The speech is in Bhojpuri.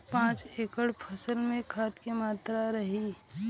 पाँच एकड़ फसल में खाद के मात्रा का रही?